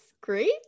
great